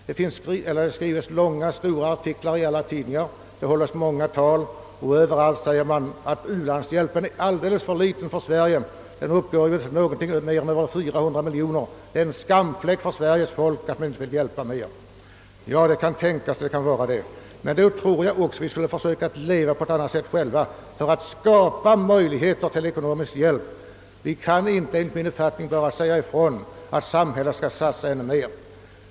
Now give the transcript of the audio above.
Det skrivs långa artiklar i alla tidningar, det hålls många tal om den, och överallt hävdas att Sveriges u-hjälp är alldeles för liten — den uppgår inte till mer än 400 miljoner — och att det är en skamfläck för vårt land att vi inte vill hjälpa mer. Ja, det kan tänkas att det är så. Men vi måste själva försöka leva på ett annat sätt för att skapa möjligheter för ekonomisk hjälp. Vi kan enligt min uppfattning inte bara säga att samhället skall satsa ännu mer.